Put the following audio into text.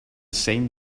same